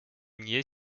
nier